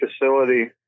facility